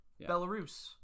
Belarus